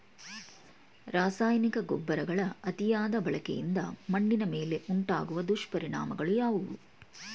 ರಾಸಾಯನಿಕ ಗೊಬ್ಬರಗಳ ಅತಿಯಾದ ಬಳಕೆಯಿಂದ ಮಣ್ಣಿನ ಮೇಲೆ ಉಂಟಾಗುವ ದುಷ್ಪರಿಣಾಮಗಳು ಯಾವುವು?